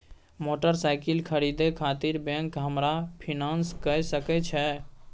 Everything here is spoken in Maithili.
मोटरसाइकिल खरीदे खातिर बैंक हमरा फिनांस कय सके छै?